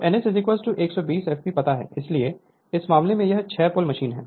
तो n S 120 f P पता है इसलिए इस मामले में यह 8 पोल मशीन है